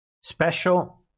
special